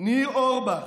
ניר אורבך,